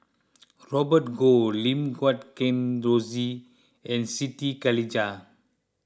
Robert Goh Lim Guat Kheng Rosie and Siti Khalijah